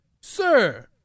sir